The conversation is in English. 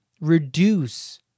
reduce